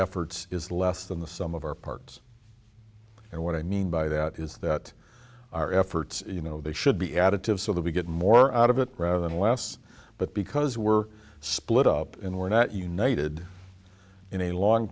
efforts is less than the sum of our parts and what i mean by that is that our efforts you know they should be additive so that we get more out of it rather than less but because we're split up in we're not united in a long